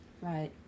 Right